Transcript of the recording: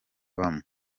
bamwe